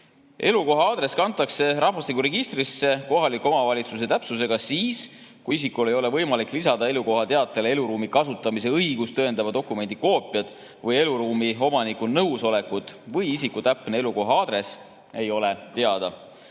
Elukoha aadress kantakse rahvastikuregistrisse kohaliku omavalitsuse täpsusega siis, kui isikul ei ole võimalik lisada elukohateatele eluruumi kasutamise õigust tõendava dokumendi koopiat või eluruumi omaniku nõusolekut või isiku täpne elukoha aadress ei ole